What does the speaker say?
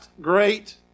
great